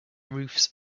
roofs